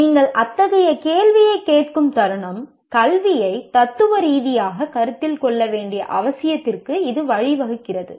நீங்கள் அத்தகைய கேள்வியைக் கேட்கும் தருணம் கல்வியை தத்துவ ரீதியாகக் கருத்தில் கொள்ள வேண்டிய அவசியத்திற்கு இது வழிவகுக்கிறது